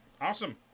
Awesome